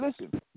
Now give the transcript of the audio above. listen